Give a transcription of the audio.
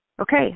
okay